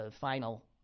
final